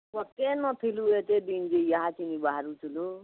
କେନ ଥିଲୁ ଏତେ ଦିନ ଯେ ଈହାଥିନି ବାହାରୁଛୁ ଲୋ